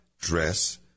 dress